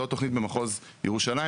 לא תוכנית במחוז ירושלים,